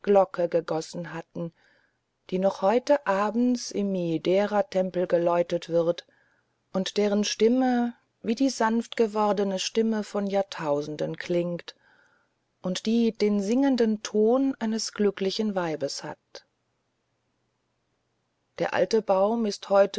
glocke gegossen hatten die noch heute abends im miideratempel geläutet wird und deren stimme wie die sanftgewordene stimme von jahrtausenden klingt und die den singenden ton eines glücklichen weibes hat der alte baum ist